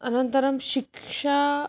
अनन्तरं शिक्षा